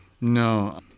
No